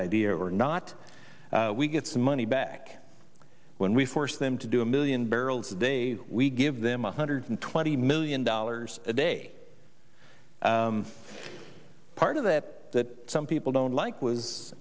idea or not we get some money back when we force them to do a million barrels a day we give them a hundred twenty million dollars a day part of that that some people don't like was